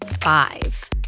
five